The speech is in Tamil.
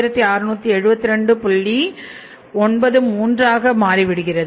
93 ஆக மாறிவிடுகிறது